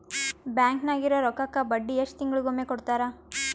Bank ನಾಗಿರೋ ರೊಕ್ಕಕ್ಕ ಬಡ್ಡಿ ಎಷ್ಟು ತಿಂಗಳಿಗೊಮ್ಮೆ ಕೊಡ್ತಾರ?